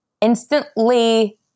instantly